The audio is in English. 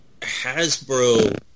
Hasbro